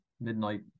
midnight